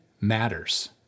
matters